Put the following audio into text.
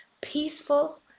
peaceful